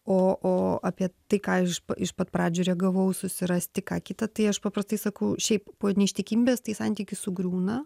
o o apie tai ką iš iš pat pradžių reagavau susirasti ką kita tai aš paprastai sakau šiaip po neištikimybės tai santykis sugriūna